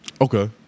Okay